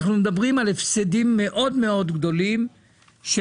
אנחנו מדברים על הפסדים מאוד מאוד גדולים של